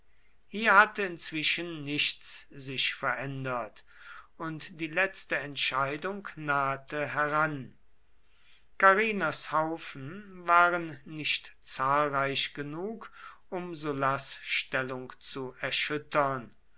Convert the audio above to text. hier hatte inzwischen nichts sich verändert und die letzte entscheidung nahte heran carrinas haufen waren nicht zahlreich genug um sullas stellung zu erschüttern